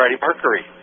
Mercury